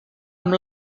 amb